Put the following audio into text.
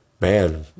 man